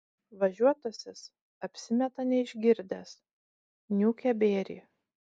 važiuotasis apsimeta neišgirdęs niūkia bėrį